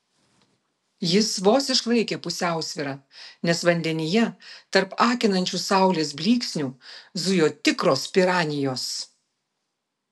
jis vos išlaikė pusiausvyrą nes vandenyje tarp akinančių saulės blyksnių zujo tikros piranijos